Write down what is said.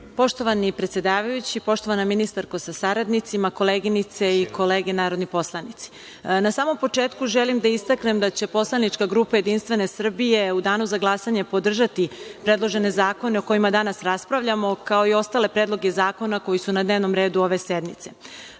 Hvala. Poštovani predsedavajući, poštovana ministarko sa saradnicima, koleginice i kolege narodni poslanici, na samom početku želim da istaknem da će poslanička grupa Jedinstvene Srbije u danu za glasanje podržati predložene zakone o kojima danas raspravljamo, kao i ostale predloge zakona koji su na dnevnom redu ove